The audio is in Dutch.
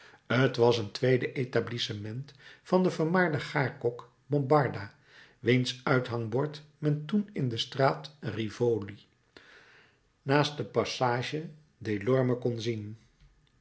t was een tweede etablissement van den vermaarden gaarkok bombarda wiens uithangbord men toen in de straat rivoli naast de passage delorme kon zien